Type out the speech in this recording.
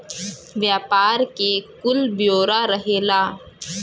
व्यापार के कुल ब्योरा रहेला